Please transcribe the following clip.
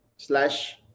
slash